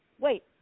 Wait